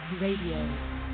Radio